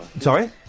Sorry